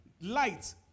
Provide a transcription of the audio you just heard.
light